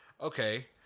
Okay